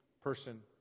person